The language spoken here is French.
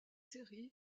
séries